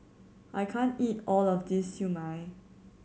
I can't eat all of this Siew Mai